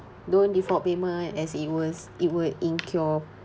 don't default payment as it was it will incur